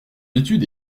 étude